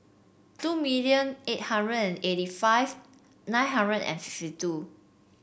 two million eight hundred eighty five nine hundred and fifty two